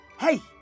Hey